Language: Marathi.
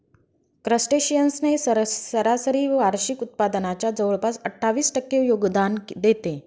क्रस्टेशियन्स ने सरासरी वार्षिक उत्पादनाच्या जवळपास अठ्ठावीस टक्के योगदान देते